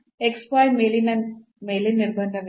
ಆದ್ದರಿಂದ ಮೇಲೆ ನಿರ್ಬಂಧವಿದೆ